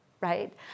Right